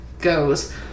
goes